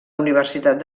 universitat